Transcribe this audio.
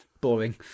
boring